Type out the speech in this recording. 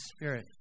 Spirit